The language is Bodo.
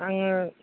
आङो